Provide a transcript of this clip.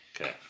Okay